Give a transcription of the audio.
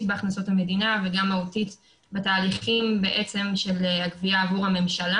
בהכנסות המדינה וגם מהותית בתהליכי הגבייה עבור הממשלה.